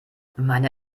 meine